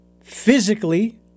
physically